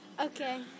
Okay